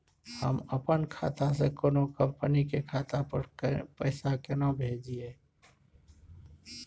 हम अपन खाता से कोनो कंपनी के खाता पर पैसा केना भेजिए?